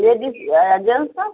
ladies gents का